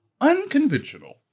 unconventional